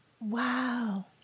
Wow